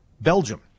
Belgium